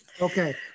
Okay